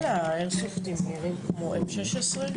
כל האיירסופטים נראים כמו M16?